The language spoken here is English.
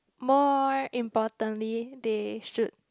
more importantly they should